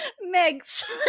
Meg's